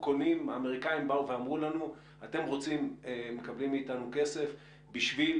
האמריקאים באו ואמרו לנו: אתם מקבלים מאתנו כסף בשביל